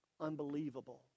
unbelievable